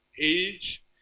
age